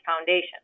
foundation